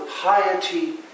piety